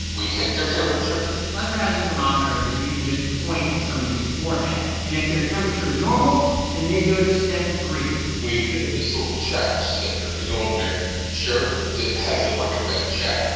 we take their temperature lester has a thermometer that you can just point at somebody's forehead. and if their temperature is normal, then they go to step three we give them this little check sticker to go on their shirt that has, ah like, a red check.